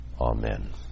Amen